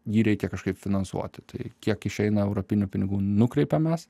jį reikia kažkaip finansuoti tai kiek išeina europinių pinigų nukreipiam mes